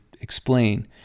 explain